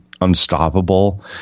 unstoppable